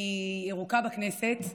אני ירוקה בכנסת,